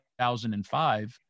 2005